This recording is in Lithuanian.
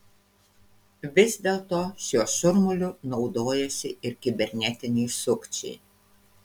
vis dėlto šiuo šurmuliu naudojasi ir kibernetiniai sukčiai